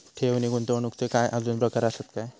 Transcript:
ठेव नी गुंतवणूकचे काय आजुन प्रकार आसत काय?